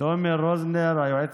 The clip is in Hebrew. תומר רוזנר, היועץ